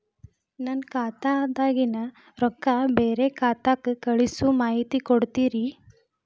ನನ್ನ ಖಾತಾದಾಗಿನ ರೊಕ್ಕ ಬ್ಯಾರೆ ಖಾತಾಕ್ಕ ಕಳಿಸು ಮಾಹಿತಿ ಕೊಡತೇರಿ?